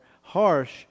harsh